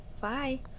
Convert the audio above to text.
Bye